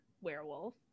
werewolf